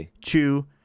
Chew